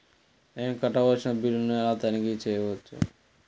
నేను కట్టవలసిన బిల్లులను ఎలా తనిఖీ చెయ్యవచ్చు?